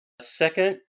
Second